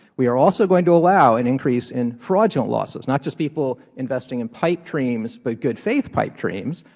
we are also going to allow an increase in fraudulent losses, not just people investing in pipe dreams, but goodfaith pipe dreams.